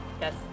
Yes